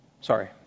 Sorry